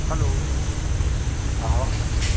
हलो आवाज़ु